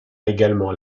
également